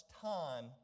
time